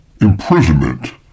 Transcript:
imprisonment